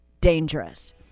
dangerous